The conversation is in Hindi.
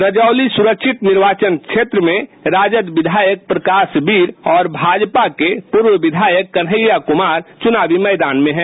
रजौली सुरक्षित क्षेत्र में राजद विधायक प्रकाशवीर और भाजपा के पूर्व विधायक कन्हैया कुनार चुनावी मैदान में हैं